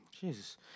Jesus